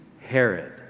Herod